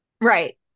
Right